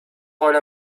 rôle